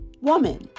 woman